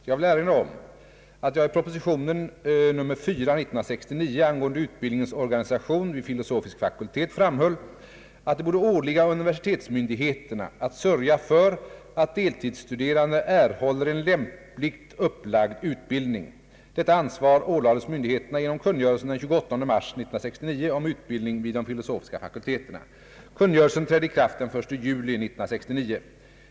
Jag vill erinra om att jag i proposition 1969:4 angående utbildningens organisation vid filosofisk fakultet framhöll att det borde åligga universitetsmyndigheterna att sörja för att deltidsstuderande erhåller en lämpligt upplagd utbildning. Detta ansvar ålades myndigheterna genom kungörelsen den 28 mars 1969 om utbildning vid de filosofiska fakulteterna. Kungörelsen trädde i kraft den 1 juli 1969.